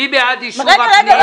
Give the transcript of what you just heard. מי בעד אישור הפנייה?